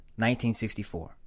1964